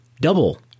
double